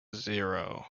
zero